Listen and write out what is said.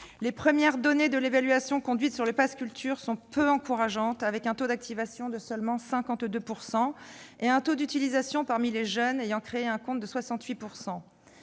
Les premières données de l'évaluation conduite sur le pass culture sont peu encourageantes, avec un taux d'activation de seulement 52 %, et un taux d'utilisation parmi les jeunes ayant créé un compte de 68 %.